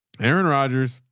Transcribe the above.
aaron rogers,